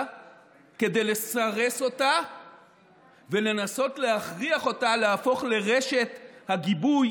כדי לסרס אותה ולנסות להכריח אותה להפוך לרשת הגיבוי